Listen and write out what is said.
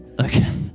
Okay